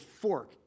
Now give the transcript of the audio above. fork